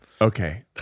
Okay